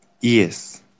Yes